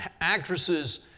actresses